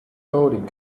coding